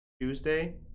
Tuesday